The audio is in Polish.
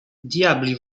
diabli